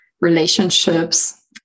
relationships